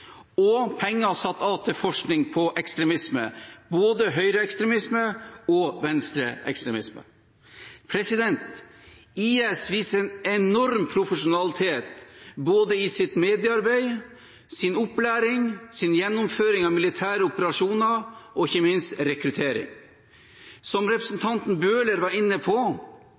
og penger satt av til forskning på ekstremisme, både høyreekstremisme og venstreekstremisme. IS viser en enorm profesjonalitet i både sitt mediearbeid, sin opplæring, sin gjennomføring av militære operasjoner og ikke minst sin rekruttering. Som